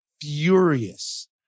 furious